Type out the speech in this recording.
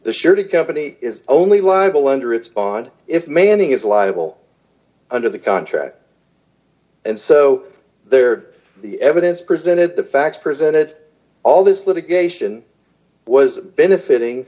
the surety company is only liable under its bond if manning is liable under the contract and so there the evidence presented the facts presented all this litigation was benefiting